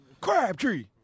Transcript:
Crabtree